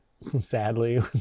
sadly